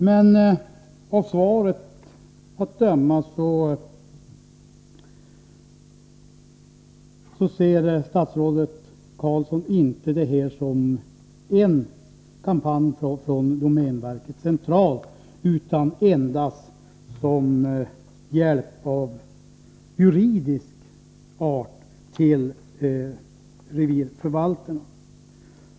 Men av svaret att döma ser statsrådet Carlsson inte detta som en kampanj från domänverkets sida utan endast som en hjälp av juridisk art till revirförvaltarna.